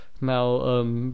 Now